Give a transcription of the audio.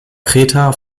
kreta